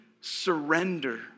surrender